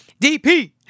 DP